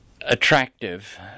attractive